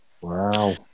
Wow